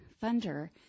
thunder